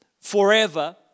forever